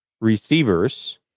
receivers